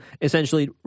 essentially